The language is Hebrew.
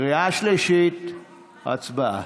קריאה שלישית, הצבעה.